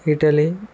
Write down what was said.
Italy